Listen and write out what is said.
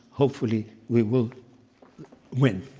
hopefully, we will win.